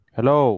Hello